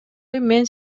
мен